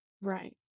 Right